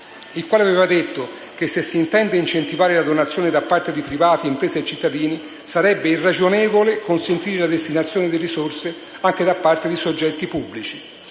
il quale aveva detto che, se si intende incentivare la donazione da parte di privati, imprese e cittadini, sarebbe irragionevole consentire la destinazione di risorse anche da parte di soggetti pubblici.